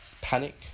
panic